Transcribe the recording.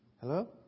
Hello